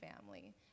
family